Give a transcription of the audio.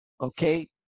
okay